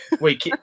Wait